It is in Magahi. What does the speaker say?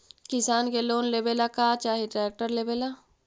किसान के लोन लेबे ला का चाही ट्रैक्टर लेबे ला?